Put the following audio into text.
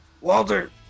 Walter